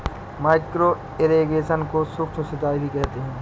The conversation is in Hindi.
माइक्रो इरिगेशन को सूक्ष्म सिंचाई भी कहते हैं